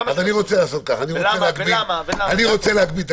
אני רוצה לעשות ככה, אני רוצה להגביל.